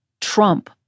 Trump